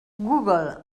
google